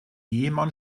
ehemann